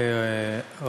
תודה רבה,